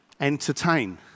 entertain